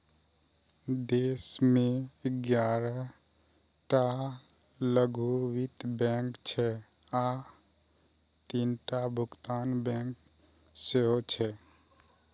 देश मे ग्यारह टा लघु वित्त बैंक छै आ तीनटा भुगतान बैंक सेहो छै